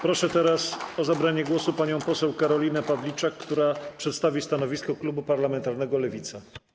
Proszę teraz o zabranie głosu panią poseł Karolinę Pawliczak, która przedstawi stanowisko klubu parlamentarnego Lewica.